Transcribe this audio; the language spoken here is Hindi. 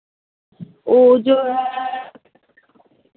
वो जो है